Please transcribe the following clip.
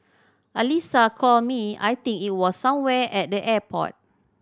Alyssa called me I think it was somewhere at the airport